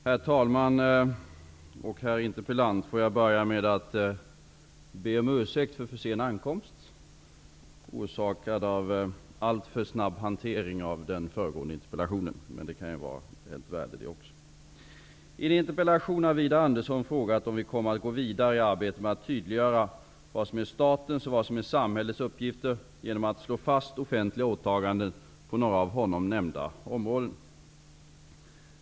Herr talman! Herr interpellant! Låt mig börja med att be om ursäkt för försen ankomst orsakad av alltför snabb hantering av den föregående interpellationen. Men det kan ju också ha ett värde. I en interpellation har Widar Andersson frågat om vi kommer att gå vidare i arbetet med att tydliggöra vad som är statens och vad som är samhällets uppgifter genom att slå fast offentliga åtaganden på några av honom nämnda områden.